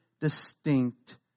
distinct